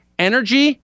Energy